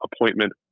appointment